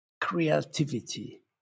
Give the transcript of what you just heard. creativity